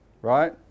Right